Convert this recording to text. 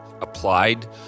applied